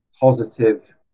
positive